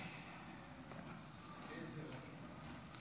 1,500 נרצחים,